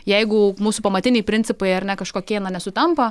jeigu mūsų pamatiniai principai ar ne kažkokie na nesutampa